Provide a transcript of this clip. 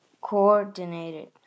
coordinated